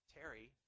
Terry